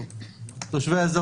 והוא